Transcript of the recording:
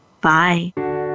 bye